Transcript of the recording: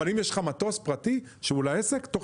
אבל אם יש לך מטוס פרטי לעסק תוך